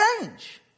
change